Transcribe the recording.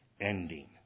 ending